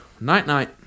night-night